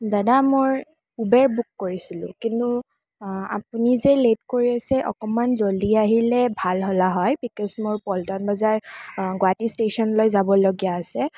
দাদা মই Uber book কৰিছিলোঁ কিন্তু আপুনি যে লেট কৰি আছে অকণমান জল্দি আহিলে ভাল হ'ল হয় বিকজ মোৰ পল্টন বজাৰ গুৱাহাটী ষ্টেচনলৈ যাব লগীয়া আছে